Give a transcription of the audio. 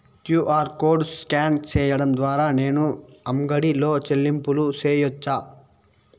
QR code scan సేయడం ద్వారా నేను అంగడి లో చెల్లింపులు సేయొచ్చా?